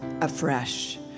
afresh